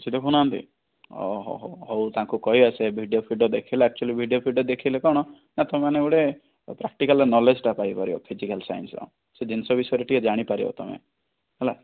କିଛି ଦେଖଉନାହାନ୍ତି ଅ ହଉ ହଉ ହଉ ତାଙ୍କୁ କହିବା ସେ ଭିଡିଓ ଫିଡିଓ ଦେଖେଇଲେ ଏକଚୌଲି ଭିଡିଓ ଫିଡିଓ ଦେଖେଇଲେ କଣ ନା ତମେମାନେ ଗୋଟେ ପ୍ରାକ୍ଟିକାଲ ର କ୍ନୋଲେଜ ଟା ପାଇପାରିବ ଫିଜିକାଲ ସାଇନ୍ସ ର ସେ ଜିନିଷ ବିଷୟରେ ଟିକେ ଜାଣିପାରିବ ତମେ ହେଲା